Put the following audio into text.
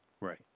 Right